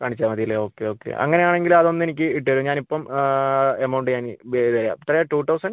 കാണിച്ചാൽ മതി അല്ലേ ഓക്കെ ഓക്കെ അങ്ങനെ ആണെങ്കിൽ അത് ഒന്ന് എനിക്ക് ഇട്ടുതരുവോ ഞാൻ ഇപ്പം എമൗണ്ട് ഞാൻ പേ ചെയ്തുതരാം എത്രയാണ് ടു തൗസൻഡ്